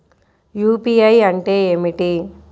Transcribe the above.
UPI అంటే ఏమిటి?